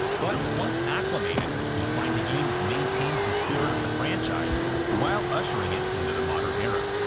but once acclimated you'll find a game that maintains the spirit of the franchise while ushering it into the modern era.